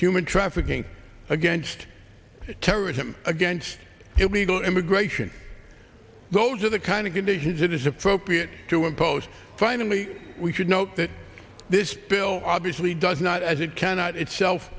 human trafficking against terrorism against illegal immigration those are the kind of into his it is appropriate to impose finally we should note that this bill obviously does not as it cannot itself